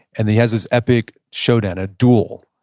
and he has this epic showdown. a duel.